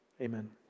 Amen